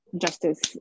justice